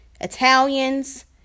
Italians